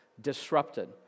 disrupted